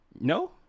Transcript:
No